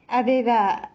அதேதான்:athaethaan